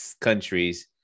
countries